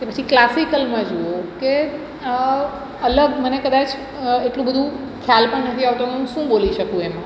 કે પછી ક્લાસિકલમાં જુઓ કે અલગ મને કદાચ એટલું બધુ ખ્યાલ પણ નથી આવતો કે હું શું બોલી શકું એમાં